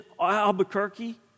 Albuquerque